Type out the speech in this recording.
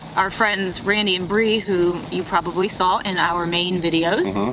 our friends randy and bri, who you probably saw in our main videos,